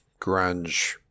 grunge